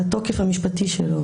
התוקף המשפטי שלו,